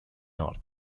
north